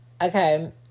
Okay